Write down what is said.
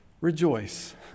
Rejoice